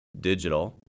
Digital